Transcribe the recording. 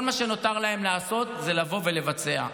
כל מה שנותר להם לעשות הוא לבוא ולבצע.